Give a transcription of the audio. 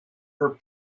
her